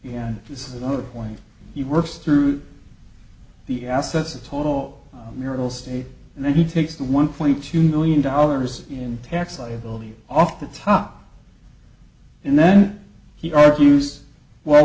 and this is another point he works through the assets a total miracle state and then he takes the one point two million dollars in tax liability off the top and then he argues well